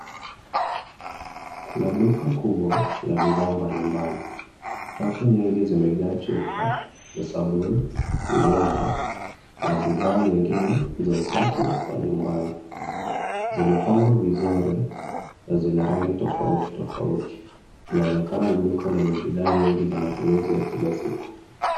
Kuna duka kubwa la bidhaa mbalimbali. Rafu nyingi zimejaa chupa za sabuni, vinywaji na bidhaa nyingine za usafi wa nyumbani. Zimepangwa vizuri na zina rangi tofauti tofauti. Unaonekana ni duka lenye bidhaa nyingi za matumizi ya kila siku.